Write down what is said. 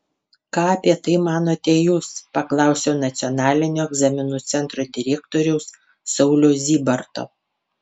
ką apie tai manote jūs paklausiau nacionalinio egzaminų centro direktoriaus sauliaus zybarto